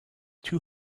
two